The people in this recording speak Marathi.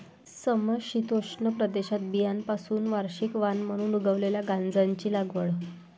समशीतोष्ण प्रदेशात बियाण्यांपासून वार्षिक वाण म्हणून उगवलेल्या गांजाची लागवड